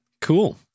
Cool